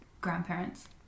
grandparents